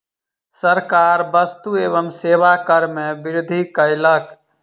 सरकार वस्तु एवं सेवा कर में वृद्धि कयलक